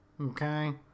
Okay